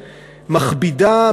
מכבידה,